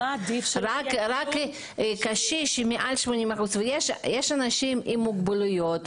רק עבור קשיש מעל גיל 80. יש אנשים עם מוגבלויות,